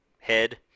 head